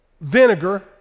vinegar